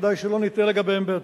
שכדאי שלא נטעה לגביהם בעתיד.